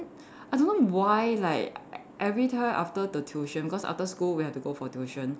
I don't know why like every time after the tuition cause after school we have to go for tuition